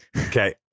Okay